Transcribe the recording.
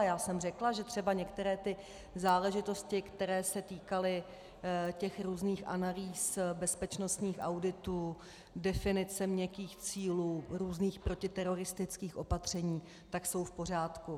Já jsem řekla, že třeba některé ty záležitosti, které se týkaly těch různých analýz, bezpečnostních auditů, definice měkkých cílů, různých protiteroristických opatření, jsou v pořádku.